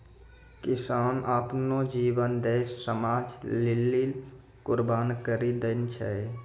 किसान आपनो जीवन देस समाज लेलि कुर्बान करि देने छै